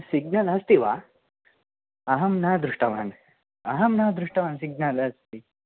signal अस्ति वा अहं न दृष्टवान् अहं न दृष्टवान् सिग्नल् अस्ति